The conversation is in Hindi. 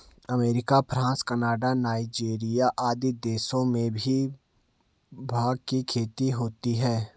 अमेरिका, फ्रांस, कनाडा, नाइजीरिया आदि देशों में भी भाँग की खेती होती है